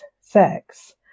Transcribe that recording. sex